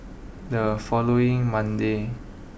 the following Monday